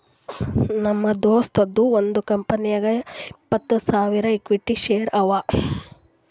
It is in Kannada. ನಮ್ ದೋಸ್ತದು ಒಂದ್ ಕಂಪನಿನಾಗ್ ಇಪ್ಪತ್ತ್ ಸಾವಿರ ಇಕ್ವಿಟಿ ಶೇರ್ ಅವಾ